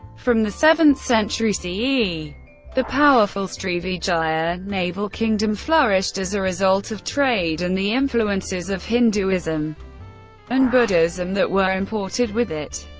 from the seventh century ce, the powerful srivijaya naval kingdom flourished as a result of trade and the influences of hinduism and buddhism that were imported with it.